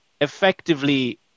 effectively